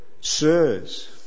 Sirs